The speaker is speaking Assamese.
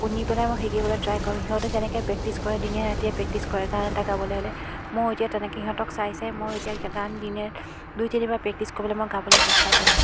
শুনি পেলাই মই শিকিবলৈ ট্ৰাই কৰোঁ সিহঁতে যেনেকৈ প্ৰেক্টিছ কৰে দিনে ৰাতিয়ে প্ৰেক্টিছ কৰে গান এটা গাবলৈ হ'লে ময়ো এতিয়া তেনেকৈ সিহঁতক চাই চাই ময়ো এতিয়া গান দিনে দুই তিনিবাৰ প্ৰেক্টিছ কৰি পেলাই মই গাবলৈ চেষ্টা কৰোঁ